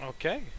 Okay